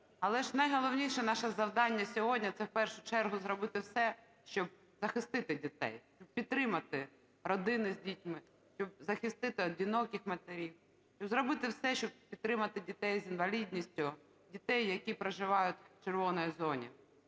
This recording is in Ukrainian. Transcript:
Але ж найголовніше наше завдання сьогодні – це в першу чергу зробити все, щоб захистити дітей, щоб підтримати родини з дітьми, щоб захистити одиноких матерів, щоб зробити все, щоб підтримати дітей з інвалідністю, дітей, які проживають в "червоній" зоні.